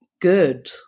good